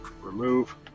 remove